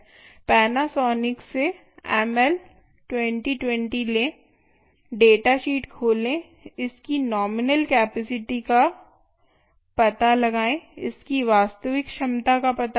Panasonic से M L 20 20 लें data sheet खोलें इसकी नॉमिनल कैपेसिटी का पता लगाएं इसकी वास्तविक क्षमता का पता लगाएं